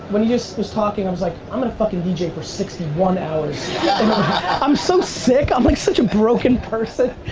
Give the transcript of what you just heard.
when he was talking i was like, i'm going to fucking dj for sixty one hours i'm so sick, i'm like such a broken person,